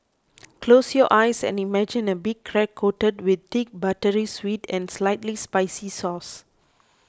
close your eyes and imagine a big crab coated with thick buttery sweet and slightly spicy sauce